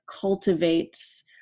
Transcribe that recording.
cultivates